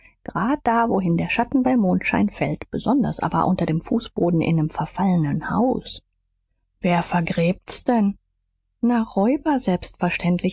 grad da wohin der schatten bei mondschein fällt besonders aber unter dem fußboden in nem verfallenen haus wer vergräbt's denn na räuber selbstverständlich